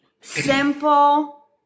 simple